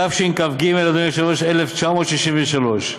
התשכ"ג 1963,